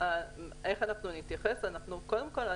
קודם כול,